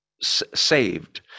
saved